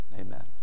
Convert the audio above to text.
amen